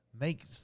make